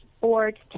board